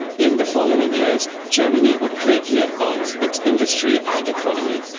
in the following years, germany would greatly advance its industry and economy.